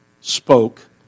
spoke